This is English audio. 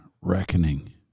reckoning